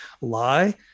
lie